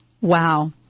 wow